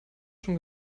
schon